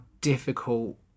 difficult